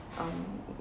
um